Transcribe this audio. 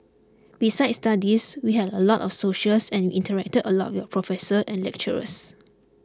besides studies we had a lot of socials and we interacted a lot with our professors and lecturers